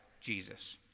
Jesus